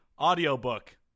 audiobook